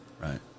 right